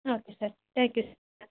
okay sir thank you sir